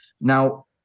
Now